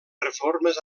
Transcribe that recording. reformes